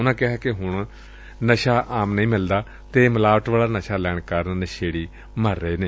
ਉਨਾਂ ਕਿਹਾ ਕਿ ਹੁਣ ਨਸ਼ਾ ਆਮ ਨਹੀਂ ਮਿਲਦਾ ਅਤੇ ਮਿਲਾਵਟ ਵਾਲਾ ਨਸ਼ਾ ਲੈਣ ਕਾਰਨ ਨਸ਼ੇੜੀ ਮਰ ਰਹੇ ਨੇ